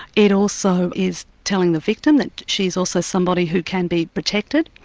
it also is telling the victim that she is also somebody who can be protected,